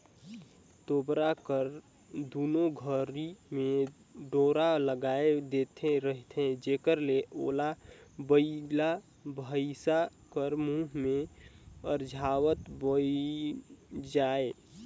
तोबरा कर दुनो घरी मे डोरा लगाए देहे रहथे जेकर ले ओला बइला भइसा कर मुंह मे अरझावत बइन जाए